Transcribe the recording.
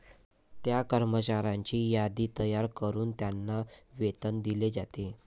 त्या कर्मचाऱ्यांची यादी तयार करून त्यांना वेतन दिले जाते